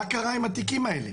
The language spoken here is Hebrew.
מה קרה עם התיקים האלה?